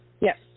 Yes